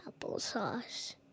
applesauce